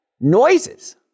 noises